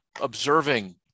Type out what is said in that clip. observing